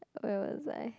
where was I